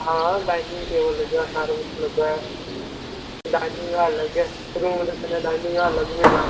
हां dining table लग्गे दा सारा कुछ लग्गे दा डाइनिंग हाल अलग ऐ रूम दे कन्नै डाइनिंग हाल अलग मिलना